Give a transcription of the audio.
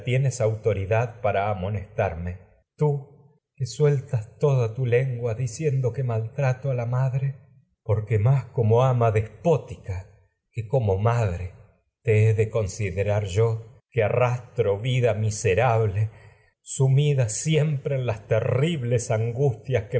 autoridad para amones tarme trato a tú que sueltas toda tu lengua la diciendo que mal madre porque más como ama despótica que yo como madre te he de considerar en que arrastro vida miserable que sumida siempj e las terribles angustias